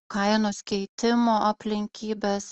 kainos keitimo aplinkybės